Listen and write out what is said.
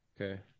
Okay